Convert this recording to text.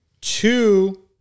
two